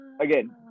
again